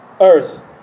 earth